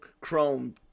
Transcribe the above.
Chrome